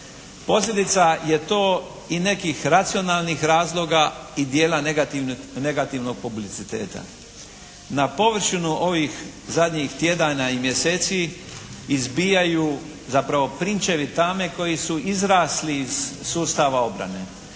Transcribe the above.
Posljedica je to i nekih racionalnih razloga i dijela negativnog publiciteta. Na površinu ovih zadnjih tjedana i mjeseci izbijaju zapravo prinčevi tame koji su izrasli iz sustava obrane.